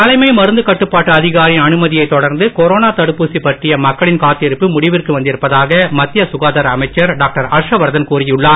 தலைமை மருந்து கட்டுப்பாட்டு அதிகாரியின் அனுமதியை தொடர்ந்து கொரோனா தடுப்பூசி பற்றிய மக்களின் காத்திருப்பு முடிவிற்கு வந்திருப்பதாக மத்திய சுகாதார அமைச்சர் டாக்டர் ஹர்ஷவர்தன் கூறியுள்ளார்